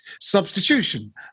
substitution